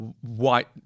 white